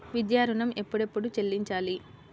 విద్యా ఋణం ఎప్పుడెప్పుడు చెల్లించాలి?